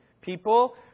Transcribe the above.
people